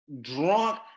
drunk